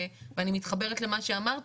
ואני מתחברת למה שאמרת,